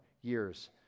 years